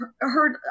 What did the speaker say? heard